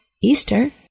Easter